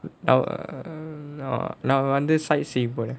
oh நான் வந்து செய்ய போறேன்:naan vanthu seiya poraen